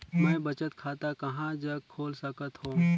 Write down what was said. मैं बचत खाता कहां जग खोल सकत हों?